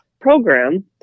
program